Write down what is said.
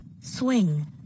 Swing